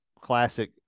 classic